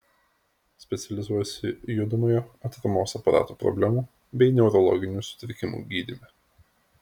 specializuojasi judamojo atramos aparato problemų bei neurologinių sutrikimų gydyme